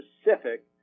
specific